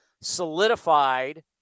solidified